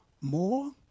more